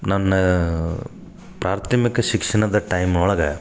ನನ್ನ ಪ್ರಾಥಮಿಕ ಶಿಕ್ಷಣದ ಟೈಮ್ ಒಳಗೆ